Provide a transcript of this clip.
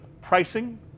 pricing